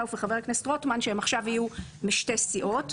וסרלאוף ואת חבר הכנסת רוטמן - הם עכשיו יהיו משתי סיעות.